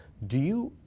do you.